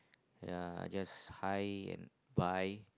ya I just hi and bye